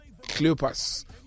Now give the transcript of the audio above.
Cleopas